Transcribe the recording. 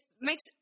makes